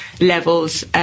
levels